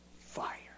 Fire